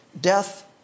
death